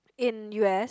in u_s